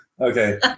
Okay